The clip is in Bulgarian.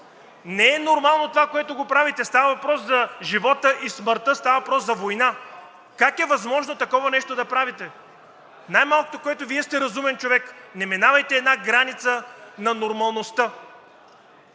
Не е нормално това, което го правите! Става въпрос за живота и смъртта, става въпрос за война. Как е възможно такова нещо да правите? Най-малкото, което е, Вие сте разумен човек – не минавайте една граница на нормалността!